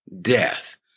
death